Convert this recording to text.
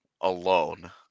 alone